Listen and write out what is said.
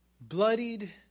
bloodied